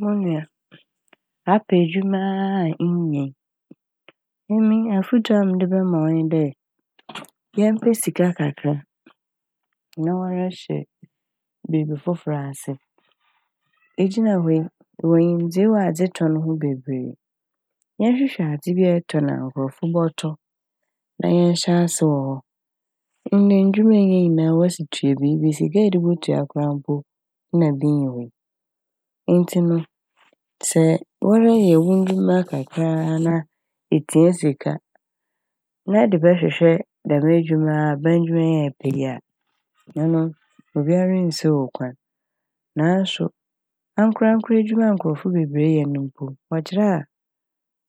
Munua apɛ edwuma a innya yi emi afotu a medze bɛma wo nye dɛ yɛmpɛ sika kakra na wara hyɛ biibi fofor ase. Igyina hɔ yi ewɔ nyimdzee wɔ adzetɔn ho bebree. Yɛmhwehwɛ adze bi a etɔn a nkorɔfo bɔtɔ na yɛhyɛ ase wɔ hɔ. Ndɛ ndwuma a enya nyinaa wɔse tua biibi sika a ɛde botua koraa mpo na bi nnyi hɔ yi. Ntsi no sɛ wara yɛ ndwuma kakra a na sɛ itsia sika na ɛde bɛhwehwɛ dɛm edwuma a - aban edwuma ɛpɛ yi a ɔno obiara nnsiiw wo kwan naaso ankorakora edwuma a nkorɔfo bebree yɛ no mpo wɔkyrɛ a